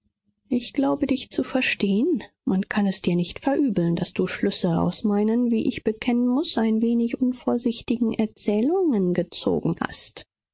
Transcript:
ich glaube dich zu verstehen man kann es dir nicht verübeln daß du schlüsse aus meinen wie ich bekennen muß ein wenig unvorsichtigen erzählungen gezogen hast